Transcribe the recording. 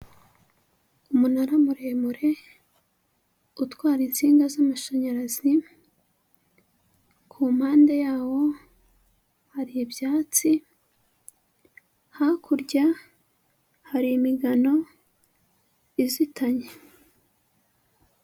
Umunara muremure utwara insinga z'amashanyarazi, ku mpande yawo hari ibyatsi, hakurya hari imigano izitanye.